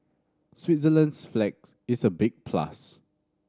Switzerland's flag is a big plus